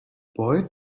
boy